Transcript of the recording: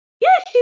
Yes